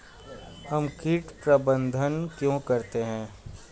हम कीट प्रबंधन क्यों करते हैं?